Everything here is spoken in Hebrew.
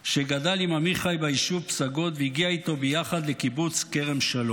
שגדל עם עמיחי בישוב פסגות והגיע איתו ביחד לקיבוץ כרם שלום.